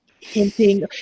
hinting